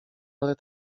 ale